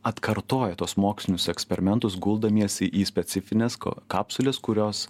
atkartoja tuos mokslinius eksperimentus guldamiesi į specifines kapsules kurios